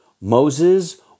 Moses